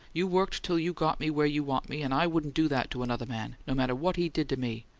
you worked till you got me where you want me and i wouldn't do that to another man, no matter what he did to me!